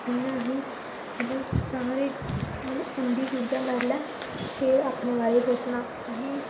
इ'यां अहे्ं ई मतलब सारे मतलब उं'दी चीज़ां पैह्लें फिर अपने बारै च सोचना अहे्ं